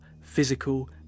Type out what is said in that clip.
physical